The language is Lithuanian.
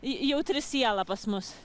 jautri siela pas mus